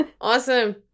awesome